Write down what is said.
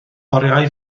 oriau